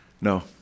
No